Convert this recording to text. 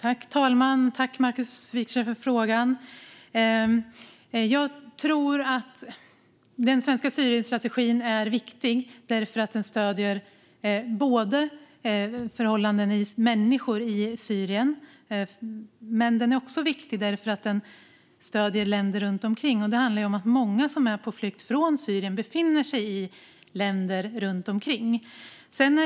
Herr talman! Tack, Markus Wiechel, för frågan! Jag tror att den svenska Syrienstrategin är viktig. Den stöder människor i Syrien men också länder runt omkring. Många som är på flykt från Syrien befinner sig i länderna runt omkring.